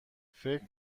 فکر